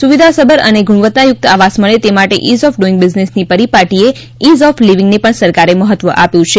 સુવિધાસભર અને ગુણવત્તાયુકત આવાસ મળે તે માટે ઇઝ ઓફ ડૂઇંગ બિઝનેસની પરિપાટીએ ઇઝ ઓફ લિવીંગને પણ સરકારે મહત્વ આપ્યું છે